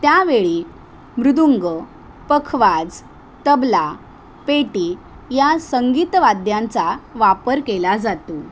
त्या वेळी मृदुंग पखवाज तबला पेटी या संगीतवाद्यांचा वापर केला जातो